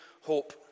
Hope